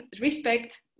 respect